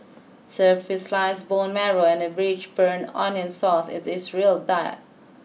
served with sliced bone marrow and a rich burnt onion sauce it is a real diet